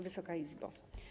Wysoka Izbo!